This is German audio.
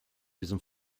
diesem